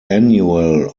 annual